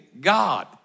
God